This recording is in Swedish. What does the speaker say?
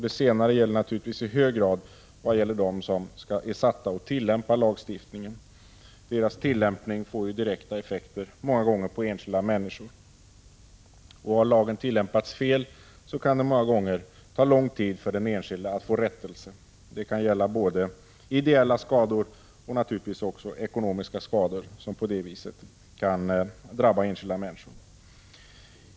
Det senare gäller naturligtvis i hög grad dem som är satta att tillämpa lagstiftningen. Deras tillämpning får ju många gånger direkta effekter på enskilda människor. Har lagen tillämpats fel kan det många gånger ta lång tid för den enskilde att få rättelse. Det kan gälla ideella skador men naturligtvis även ekonomiska skador, som på detta sätt kan drabba enskilda människor.